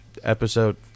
Episode